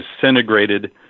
disintegrated